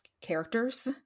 characters